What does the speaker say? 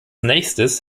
nächstes